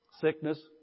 sickness